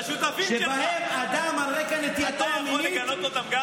את השותפים שלך, אתה יכול לגנות גם אותם?